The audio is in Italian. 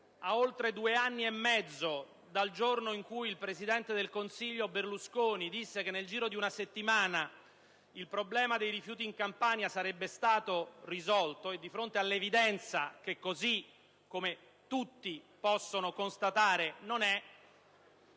a oltre due anni e mezzo dal giorno in cui il presidente del Consiglio Berlusconi disse che nel giro di una settimana il problema dei rifiuti in Campania sarebbe stato risolto e di fronte all'evidenza (che tutti possono constatare) che